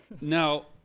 now